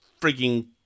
freaking